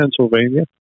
Pennsylvania